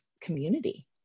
community